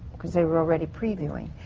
cause they were already previewing.